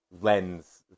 lens